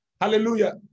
Hallelujah